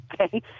okay